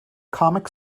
comic